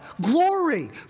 Glory